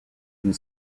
une